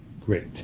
Great